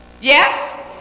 Yes